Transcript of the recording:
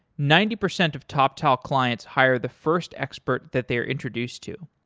ninety percent of toptal clients hire the first expert that they're introduced to.